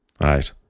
Right